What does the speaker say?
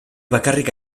bakarrik